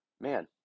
Man